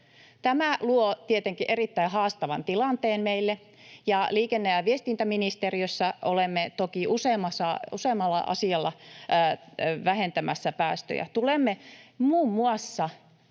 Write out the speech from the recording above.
Tämä luo tietenkin erittäin haastavan tilanteen meille, ja liikenne- ja viestintäministeriössä olemme toki useammalla asialla vähentämässä päästöjä. Tulemme muun muassa